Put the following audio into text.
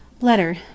Letter